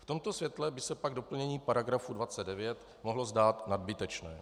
V tom světle by se pak doplnění § 29 mohlo zdát nadbytečné.